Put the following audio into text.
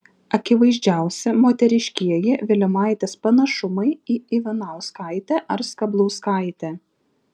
akivaizdžiausi moteriškieji vilimaitės panašumai į ivanauskaitę ar skablauskaitę